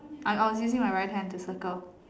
I'm I was using my right hand to circle